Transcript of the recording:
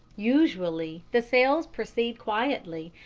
usually the sales proceed quietly,